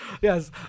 Yes